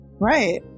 Right